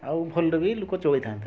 ଆଉ ଭଲରେ ବି ଲୋକ ଚଳିଥାନ୍ତେ